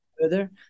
further